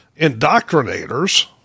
indoctrinators